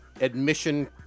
admission